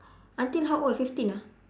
until how old fifteen ah